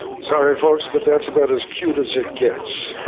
sorry, folks, but that's about as cute as it gets.